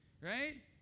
right